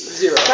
zero